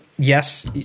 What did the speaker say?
Yes